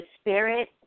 spirit